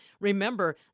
remember